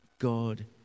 God